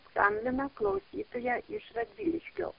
skambina klausytoja iš radviliškio